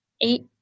eight